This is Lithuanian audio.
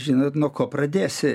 žinot nuo ko pradėsi